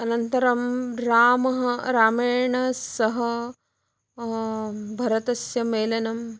अनन्तरं रामः रामेण सह भरतस्य मेलनं